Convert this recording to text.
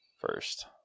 first